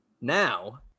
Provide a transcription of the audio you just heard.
Now